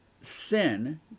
sin